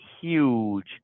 huge